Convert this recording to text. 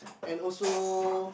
and also